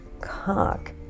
cock